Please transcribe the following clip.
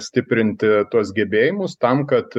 stiprinti tuos gebėjimus tam kad